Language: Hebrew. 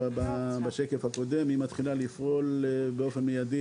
בשקף הקודם היא מתחילה לפעול באופן מידי,